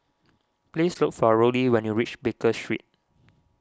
please look for Rollie when you reach Baker Street